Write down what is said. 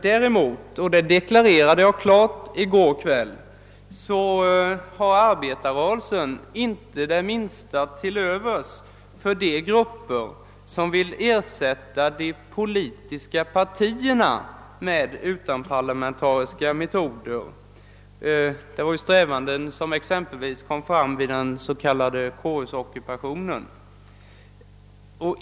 Däremot — och detta deklarerade jag klart i går kväll — har arbetarrörelsen inte det minsta till övers för grupper som vill ersätta de politiska partierna med utomparlamentariska metoder; sådana strävanden kom ju t.ex. fram vid den s.k. kårhusockupationen.